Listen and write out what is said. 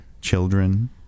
children